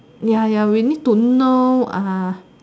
ya ya we need to know a